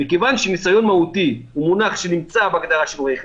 מכיוון שניסיון מהותי הוא מונח שנמצא בהגדרה של רואה חשבון,